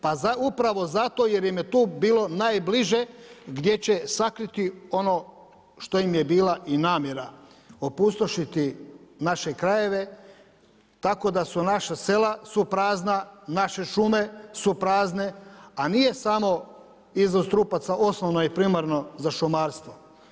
Pa upravo zato jer im je tu bilo najbliže gdje će sakriti ono što im je bila i namjera opustošiti naše krajeve tako da su naša sela su prazna, naše šume su prazne, a nije samo izvoz trupaca osnovno i primarno za šumarstvo.